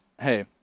Hey